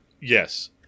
yes